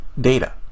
data